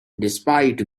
despite